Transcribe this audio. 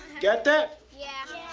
got that? yeah.